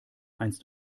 einst